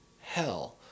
hell